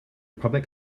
public